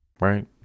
right